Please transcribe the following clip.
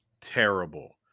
terrible